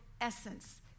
essence